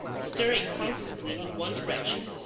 stirring constantly in one direction.